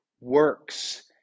works